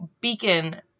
beacon